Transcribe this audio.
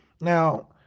Now